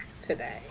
today